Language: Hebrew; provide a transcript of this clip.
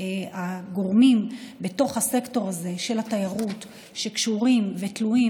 הגורמים בסקטור הזה של התיירות שקשורים ותלויים